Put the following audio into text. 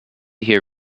hear